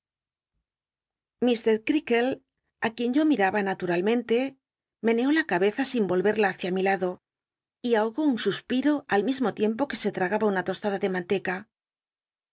creakle ü quien yo miraba naturalmente meneó la ca beza sin o verla húda mi lado y abogó llll suspiro al mismo tiempo que se tra gaba uoa tostada de manteca